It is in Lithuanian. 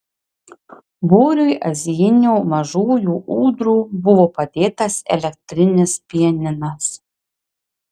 būriui azijinių mažųjų ūdrų buvo padėtas elektrinis pianinas